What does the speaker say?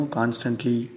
constantly